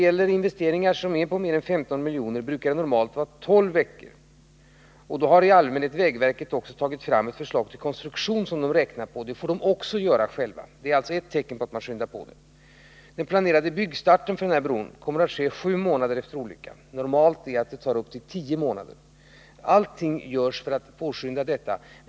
För investeringar på mer än 15 miljoner brukar den normalt vara tolv veckor. Då har vägverket i allmänhet också tagit fram ett förslag till konstruktion som man räknar på. Det får anbudsgivarna nu också göra själva. Den planerade byggstarten för bron kommer att ske sju månader efter olyckan. Normalt är att det tar upp till tio månader. Allt görs för att påskynda färdigställandet.